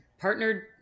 partnered